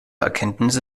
erkenntnisse